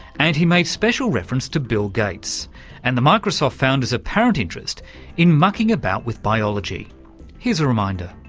and he made special reference to bill gates and the microsoft founder's apparent interest in mucking about with biology here's reminder.